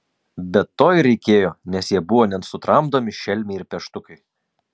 bet to ir reikėjo nes jie buvo nesutramdomi šelmiai ir peštukai